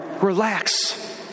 Relax